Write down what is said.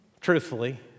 Truthfully